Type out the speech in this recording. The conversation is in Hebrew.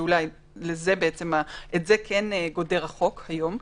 שאולי את זה כן גודר החוק היום.